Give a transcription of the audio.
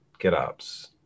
GitOps